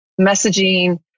messaging